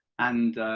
and